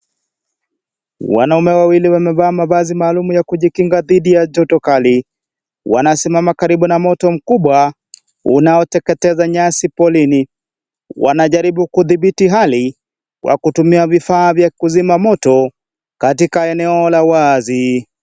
Wanaume wawili wamevaa mavazi maalum ya kujikinga dhidhi ya joto kali, wanasimama karibu na moto mkubwa unaoteketeza nyasi porini, wanajaribu kudhibiti hali kwa kutumia vifaa vya kuzima moto , katika eneo la wazi .